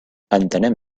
entenem